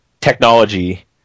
technology